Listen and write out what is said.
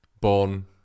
born